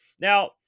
Now